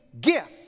gift